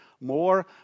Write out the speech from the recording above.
more